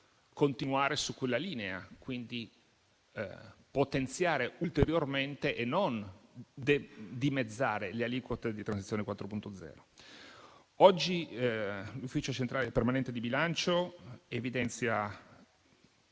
continuare su quella linea, quindi potenziare ulteriormente e non dimezzare le aliquote di transizione 4.0. Oggi l'Ufficio centrale di bilancio evidenzia